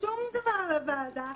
שום דבר לוועדה,